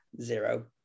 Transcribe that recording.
Zero